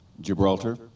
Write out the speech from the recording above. Gibraltar